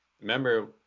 Remember